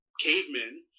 cavemen